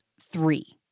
three